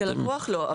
כלקוח, לא.